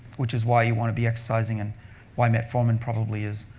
which is why you want to be exercising and why metformin probably is,